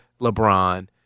LeBron